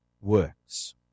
works